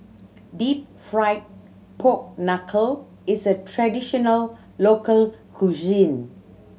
Deep Fried Pork Knuckle is a traditional local cuisine